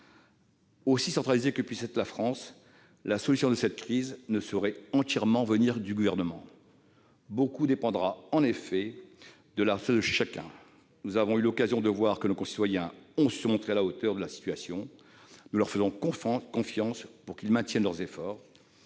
Aussi centralisée que puisse être la France, la solution à cette crise ne saurait entièrement venir du Gouvernement. Beaucoup dépendra en effet de la contribution de chacun. Nous avons eu l'occasion de constater que nos concitoyens avaient su être à la hauteur de la situation. Nous leur faisons confiance pour maintenir leurs efforts.